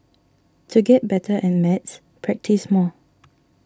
to get better at maths practise more